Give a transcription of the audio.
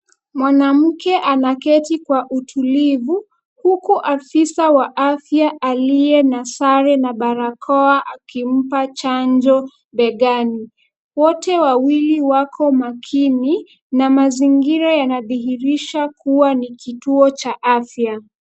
Mwanamke anaketi kwa utulivu huku afisa wa afya aliye na sare na barakoa akimpa chanjo begani .Wote wawili wako makini, na mazingira yanadhihirisha kuwa ni kituo cha afya.